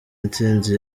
intsinzi